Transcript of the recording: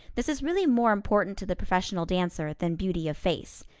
this is really more important to the professional dancer than beauty of face.